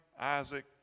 Isaac